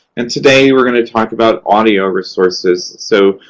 and today, we're going to talk about audio resources so,